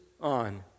on